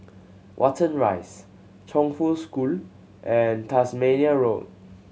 Watten Rise Chongfu School and Tasmania Road